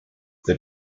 the